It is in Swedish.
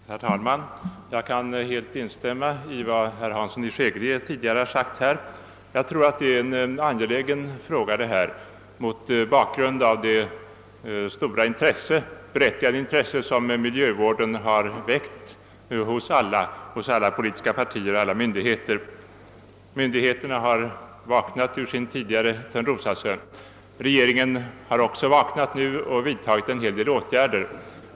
Herr talman! Jag kan helt instämma i vad herr Hansson i Skegrie här an fört. Frågan om de berörda tjänsterna har hög angelägenhetsgrad, inte minst mot bakgrunden av det berättigade intresse som miljövården har väckt inom alla politiska partier och berörda myndigheter, som nu vaknat ur sin tidigare törnrosasömn. Regeringen har också vaknat och vidtagit en hel del åtgärder.